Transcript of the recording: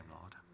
Lord